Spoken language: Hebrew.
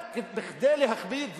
רק כדי להכביד?